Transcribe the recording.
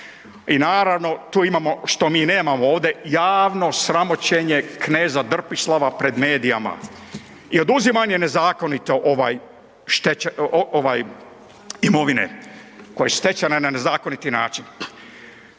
I naravno tu imamo što mi nemamo ovdje, javno sramoćenje kneza drpislava pred medijima i oduzimanje nezakonite imovine koja je stečena na nezakoniti način.